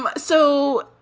but so,